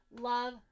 love